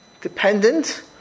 dependent